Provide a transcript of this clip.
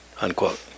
unquote